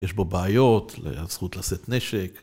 יש בו בעיות לזכות לשאת נשק.